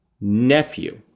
nephew